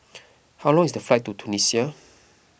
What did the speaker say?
how long is the flight to Tunisia